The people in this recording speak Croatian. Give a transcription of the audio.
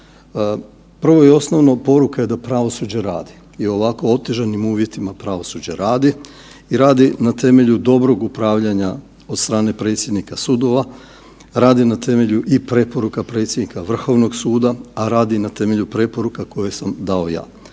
Prvo i osnovno, poruka je da pravosuđe radi i u ovako otežanim uvjetima pravosuđe radi i radi na temelju dobrog upravljanja od strane predsjednika sudova, radi na temelju i preporuka predsjednika Vrhovnog suda, a radi na temelju preporuka koje sam dao ja.